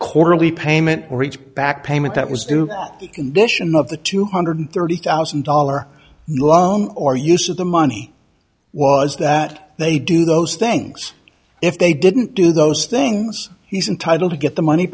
quarterly payment for each back payment that was due in dition of the two hundred thirty thousand dollars loan or use of the money was that they do those things if they didn't do those things he's entitled to get the money